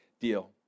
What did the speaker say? deal